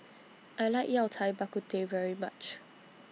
I like Yao Cai Bak Kut Teh very much